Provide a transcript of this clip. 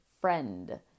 friend